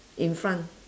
in front